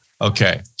Okay